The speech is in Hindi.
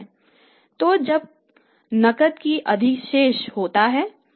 तो जब नकद का अधिशेष होता है